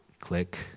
click